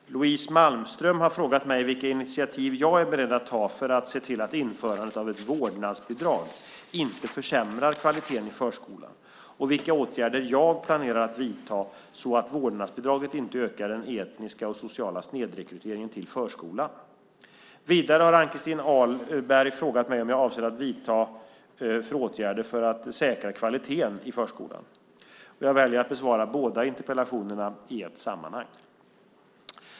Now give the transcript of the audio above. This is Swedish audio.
Herr talman! Louise Malmström har frågat mig vilka initiativ jag är beredd att ta för att se till att införandet av ett vårdnadsbidrag inte försämrar kvaliteten i förskolan och vilka åtgärder jag planerar att vidta så att vårdnadsbidraget inte ökar den etniska och sociala snedrekryteringen till förskolan. Vidare har Ann-Christin Ahlberg frågat mig vad jag avser att vidta för åtgärder för att säkra kvaliteten inom förskolan. Jag väljer att besvara båda interpellationerna i ett sammanhang.